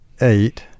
Eight